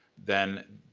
then,